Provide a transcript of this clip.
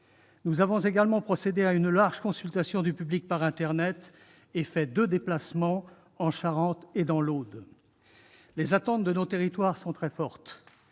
Nous avons également procédé à une large consultation du public par internet et fait deux déplacements, en Charente et dans l'Aude. Les attentes de nos territoires sont très fortes